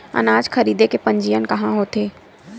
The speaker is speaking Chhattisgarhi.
अनाज खरीदे के पंजीयन कहां होथे?